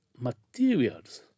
materials